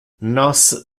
nos